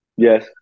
Yes